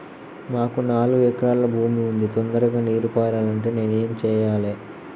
మాకు నాలుగు ఎకరాల భూమి ఉంది, తొందరగా నీరు పారాలంటే నేను ఏం చెయ్యాలే?